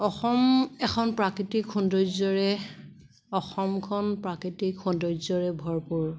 অসম এখন প্ৰাকৃতিক সৌন্দৰ্যৰে অসমখন প্ৰাকৃতিক সৌন্দৰ্যৰে ভৰপূৰ